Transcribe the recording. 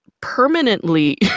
permanently